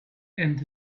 and